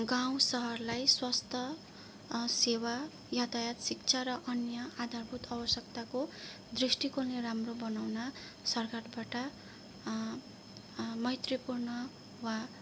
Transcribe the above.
गाउँ सहरलाई स्वस्थ सेवा यातायात शिक्षा र अन्य आधारभूत आवश्यकताको दृष्टिकोणले राम्रो बनाउन सरकारबाट मैत्रीपूर्ण वा